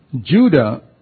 Judah